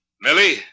Millie